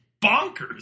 bonkers